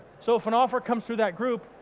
so if an offer comes through that group,